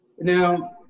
Now